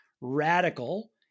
Radical